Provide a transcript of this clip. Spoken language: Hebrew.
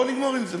בוא נגמור עם זה.